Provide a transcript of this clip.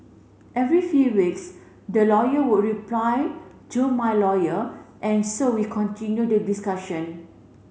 every few weeks their lawyer would reply to my lawyer and so we continued the discussion